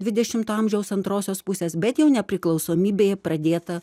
dvidešimto amžiaus antrosios pusės bet jau nepriklausomybėje pradėta